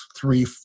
three